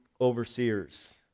overseers